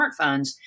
smartphones